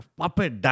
puppet